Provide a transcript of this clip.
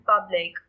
public